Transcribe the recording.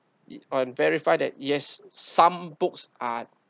it um verify that yes some books are